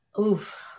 Oof